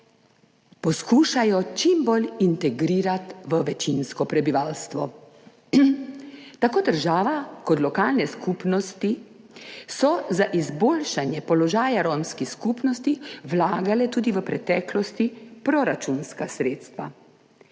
poskušajo čim bolj integrirati v večinsko prebivalstvo. Tako država kot lokalne skupnosti so za izboljšanje položaja romskih skupnosti tudi v preteklosti vlagale proračunska sredstva.